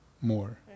more